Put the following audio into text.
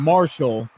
Marshall